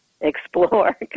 explore